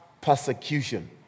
persecution